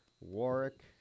Warwick